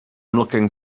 looking